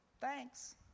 thanks